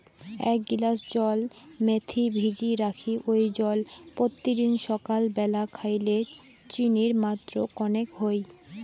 এ্যাক গিলাস জল মেথি ভিজি রাখি ওই জল পত্যিদিন সাকাল ব্যালা খাইলে চিনির মাত্রা কণেক হই